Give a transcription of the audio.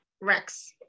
Rex